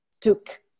took